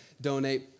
donate